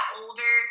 older